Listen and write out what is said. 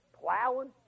plowing